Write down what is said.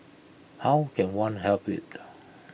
how can one help IT